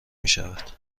میشود